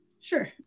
Sure